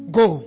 go